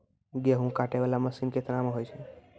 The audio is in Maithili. गेहूँ काटै वाला मसीन केतना मे होय छै?